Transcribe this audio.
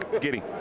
Giddy